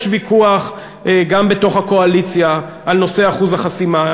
יש ויכוח גם בתוך הקואליציה על נושא אחוז החסימה.